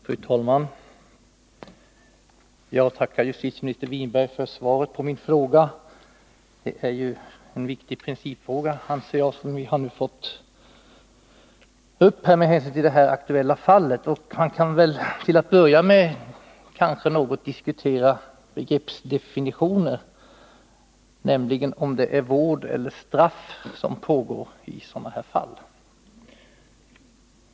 Fru talman! Jag tackar justitieminister Winberg för svaret på min fråga. Jag anser att det är en viktig principfråga, som har kommit upp med anledning av det aktuella fallet. Man kan väl till att börja med något diskutera en definition, nämligen om det som pågår i sådana fall är vård eller straff.